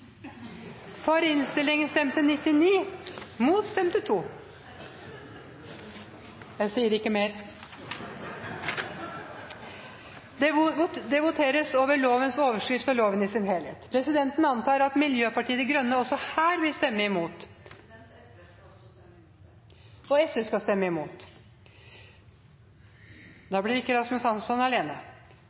for innstillingen og 1 stemme imot. Presidenten var kanskje for rask med å si at voteringen var avsluttet. Vi tar voteringen en gang til. Det voteres over lovens overskrift og loven i sin helhet. Presidenten antar at Miljøpartiet De Grønne også her vil stemme imot. SV skal også stemme imot.